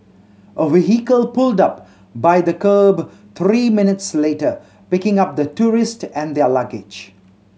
a vehicle pulled up by the kerb three minutes later picking up the tourist and their luggage